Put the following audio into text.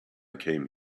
came